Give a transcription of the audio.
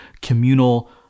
communal